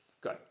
Good